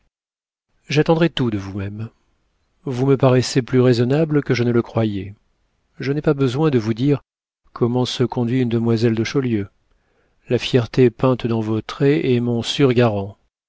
j'attendrai tout de vous-même vous me paraissez plus raisonnable que je ne le croyais je n'ai pas besoin de vous dire comment se conduit une demoiselle de chaulieu la fierté peinte dans vos traits est mon sûr garant